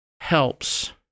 helps